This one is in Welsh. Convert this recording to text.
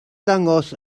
ddangos